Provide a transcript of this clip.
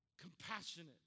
compassionate